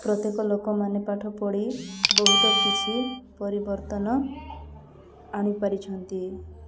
ପ୍ରତ୍ୟେକ ଲୋକମାନେ ପାଠ ପଢ଼ି ବହୁତ କିଛି ପରିବର୍ତ୍ତନ ଆଣିପାରିଛନ୍ତି